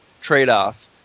trade-off